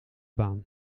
baan